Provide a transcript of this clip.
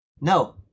No